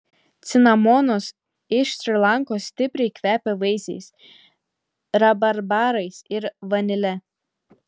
cinamonas iš šri lankos stipriai kvepia vaisiais rabarbarais ir vanile